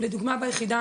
לדוגמא ביחידה,